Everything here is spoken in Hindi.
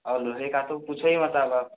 और लोहे का तो पूछो ही मत अब आप